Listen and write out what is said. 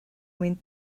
mwyn